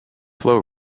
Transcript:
flow